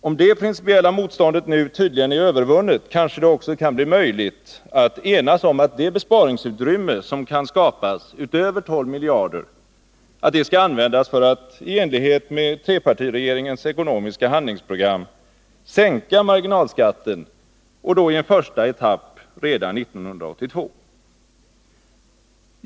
Om det principiella motståndet nu tydligen är övervunnet, kanske det också kan bli möjligt att enas om att det besparingsutrymme som kan skapas utöver 12 miljarder skall användas för att — i enlighet med trepartiregeringens ekonomiska handlingsprogram — sänka marginalskatten i en första etapp redan 1982.